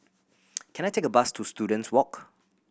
can I take a bus to Students Walk